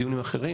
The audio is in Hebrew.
בדיונים אחרים